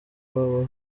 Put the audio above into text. haba